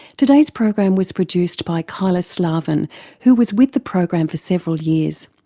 today's program was produced by kyla slaven who was with the program for several years.